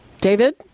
David